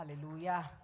Hallelujah